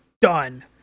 done